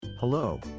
Hello